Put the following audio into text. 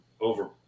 over